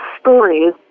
Stories